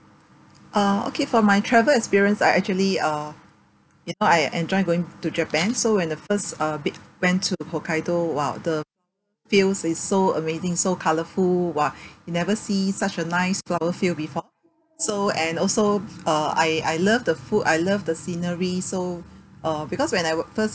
uh okay for my travel experience I actually uh you know I enjoy going to japan so when the first uh bi~ went to hokkaido !wow! the fields is so amazing so colourful !wah! you never see such a nice flower field before so and also uh I I love the food I love the scenery so uh because when I were first